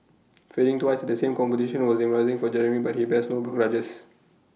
failing twice at the same competition was demoralising for Jeremy but he bears no grudges